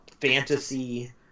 fantasy